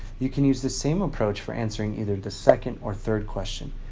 you can use the same approach for answering either the second or third question.